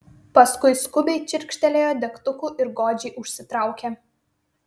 paskui skubiai čirkštelėjo degtuku ir godžiai užsitraukė